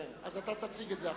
אתה תציג את זה עכשיו.